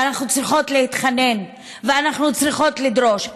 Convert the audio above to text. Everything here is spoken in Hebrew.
ואנחנו צריכות להתחנן, ואנחנו צריכות לדרוש.